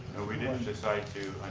no we didn't decide to